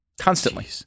constantly